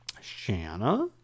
shanna